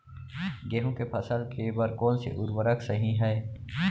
गेहूँ के फसल के बर कोन से उर्वरक सही है?